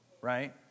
Right